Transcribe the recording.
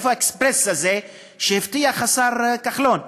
איפה האקספרס הזה שהבטיח השר כחלון?